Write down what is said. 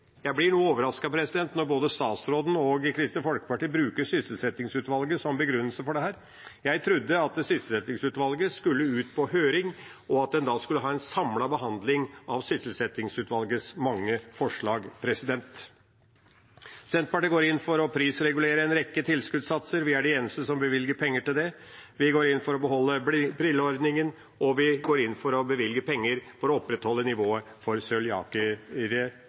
Jeg blir noe overrasket når både statsråden og Kristelig Folkeparti bruker sysselsettingsutvalget som begrunnelse for dette. Jeg trodde at sysselsettingsutvalget skulle ut på høring, og at en da skulle ha en samlet behandling av sysselsettingsutvalgets mange forslag. Senterpartiet går inn for å prisregulere en rekke tilskuddssatser. Vi er de eneste som bevilger penger til det. Vi går inn for å beholde brilleordningen, og vi går inn for å bevilge penger for å opprettholde nivået for